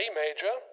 major